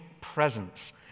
presence